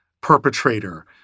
perpetrator